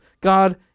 God